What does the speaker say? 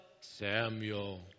Samuel